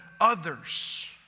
others